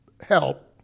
help